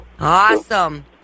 Awesome